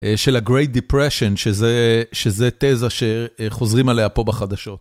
של ה-Great Depression, שזה תזה שחוזרים עליה פה בחדשות.